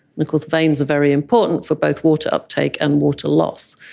and of course veins are very important for both water uptake and water loss.